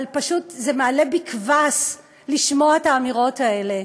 אבל פשוט זה מעלה בי קבס לשמוע את האמירות האלה.